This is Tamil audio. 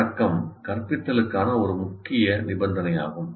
உள்ளடக்கம் கற்பித்தலுக்கான ஒரு முக்கிய நிபந்தனையாகும்